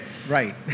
Right